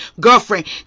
girlfriend